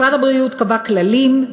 משרד הבריאות קבע כללים,